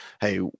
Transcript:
Hey